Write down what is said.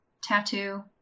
Tattoo